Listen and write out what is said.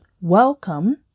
welcome